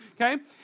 Okay